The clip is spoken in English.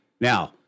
Now